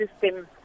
system